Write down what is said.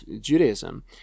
Judaism